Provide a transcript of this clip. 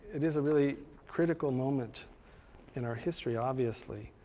it is a really critical moment in our history, obviously.